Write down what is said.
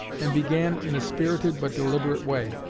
and began in a spirited but deliberate way